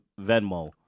Venmo